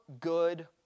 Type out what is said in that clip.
good